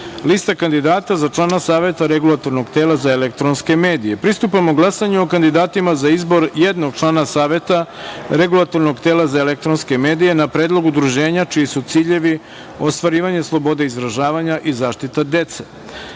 Lista kandidata za člana Saveta regulatornog tela za elektronske medije. Pristupamo glasanju o kandidatima za izbor jednog člana Saveta Regulatornog tela za elektronske medije na predlog udruženja čiji su ciljevi ostvarivanje slobode izražavanja i zaštita